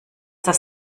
das